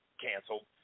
canceled